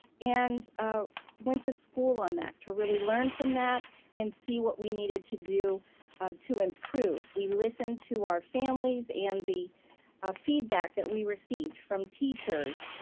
and ah went to school on that to really learn from that and see what we needed to do to improve. we listened to our families and the feedback that we received from teachers,